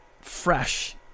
fresh